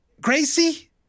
Gracie